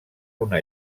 una